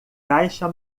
caixa